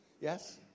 Yes